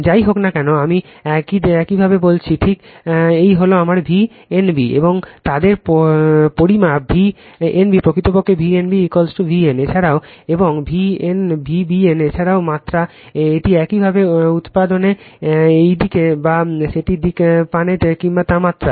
যাই হোক না কেন আমি একইভাবে বলেছি ঠিক এই হল আমার V n b এবং তাদের পরিমাপ V n b প্রকৃতপক্ষে V n b V n এছাড়াও এবং Vbn এছাড়াও মাত্রা এটি একইভাবে উপাদানে এই দিক বা সেই দিকটি পান কিনা তা মাত্রা